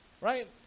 Right